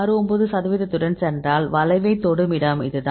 69 சதவீதத்துடன் சென்றால் வளைவைத் தொடும் இடம் இதுதான்